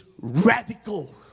Radical